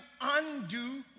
undo